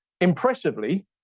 Impressively